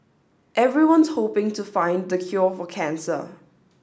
everyone's hoping to find the cure for cancer